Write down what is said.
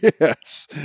Yes